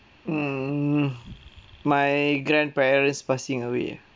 mm my grandparents passing away